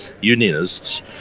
unionists